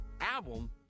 album